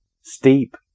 Steep